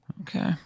Okay